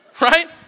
right